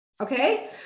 okay